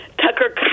tucker